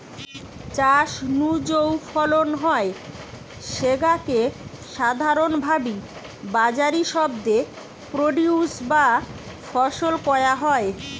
চাষ নু যৌ ফলন হয় স্যাগা কে সাধারণভাবি বাজারি শব্দে প্রোডিউস বা ফসল কয়া হয়